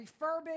refurbish